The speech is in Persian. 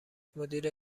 مدیر